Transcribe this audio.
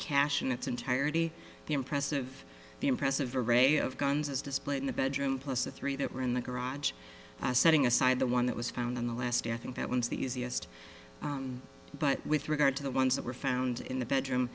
cash in its entirety the impressive the impressive array of guns as displayed in the bedroom plus the three that were in the garage setting aside the one that was found in the last day i think that was the easiest but with regard to the ones that were found in the bedroom